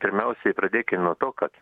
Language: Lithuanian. pirmiausiai pradėkim nuo to kad